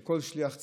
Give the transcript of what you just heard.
של כל שליח ציבור.